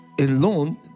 alone